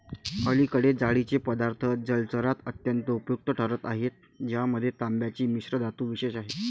अलीकडे जाळीचे पदार्थ जलचरात अत्यंत उपयुक्त ठरत आहेत ज्यामध्ये तांब्याची मिश्रधातू विशेष आहे